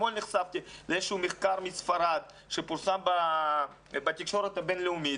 אתמול נחשפתי לאיזשהו מחקר מספרד שפורסם בתקשורת הבין-לאומית.